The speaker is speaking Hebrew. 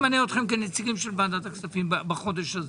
כנציגים של ועדת הכספים בחודש הזה.